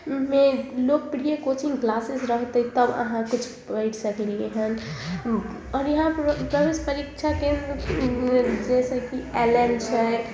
मे लोकप्रिय coaching classes रहतै तब अहाँ किछु पढ़ि सकलियै हन आओर यहाँके इंट्रेंस परीक्षाके जैसे की एलेन छै